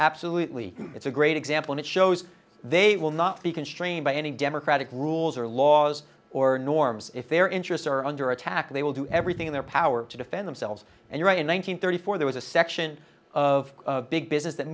absolutely it's a great example it shows they will not be constrained by any democratic rules or laws or norms if their interests are under attack they will do everything in their power to defend themselves and right in one thousand thirty four there was a section of big business